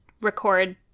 record